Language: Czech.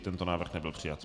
Tento návrh nebyl přijat.